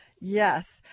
Yes